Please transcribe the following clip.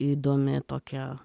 įdomi tokia